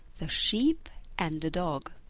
the sheep and the dog